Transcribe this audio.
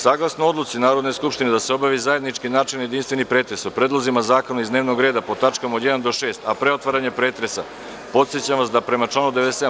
Saglasno Odluci Narodne skupštine da se obavi zajednički načelni jedinstveni pretres o predlozima zakona iz dnevnog reda po tačkama od 1. do 6, a pre otvaranja pretresa, podsećam vas da prema članu 97.